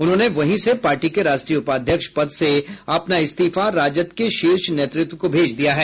उन्होंने वहीं से पार्टी के राष्ट्रीय उपाध्यक्ष पद से अपना इस्तीफा राजद के शीर्ष नेतृत्व को भेज दिया है